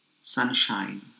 sunshine